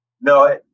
No